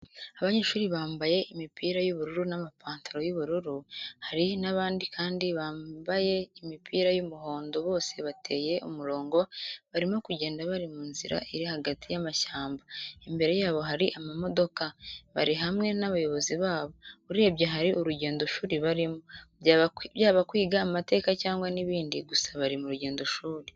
Abanyeshuri bambaye imipira y'ubururu n'amapantaro y'ubururu, hari n'abandi kandi bamabaye imipira y'umuhondo bose bateye umurungo, barimo kugenda bari mu nzira iri hagati y'amashyamba, imbere yabo hari amamodoka, bari hamwe n'abayobozi babo, urebye hari urugendoshuri barimo, byaba kwiga amateka cyangwa n'ibindi gusa bari mu rugendeshuri.